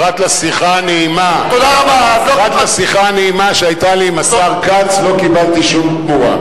פרט לשיחה הנעימה שהיתה לי עם השר כץ לא קיבלתי שום תמורה.